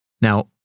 Now